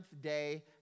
day